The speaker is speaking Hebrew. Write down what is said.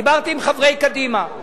דיברתי עם חברי קדימה,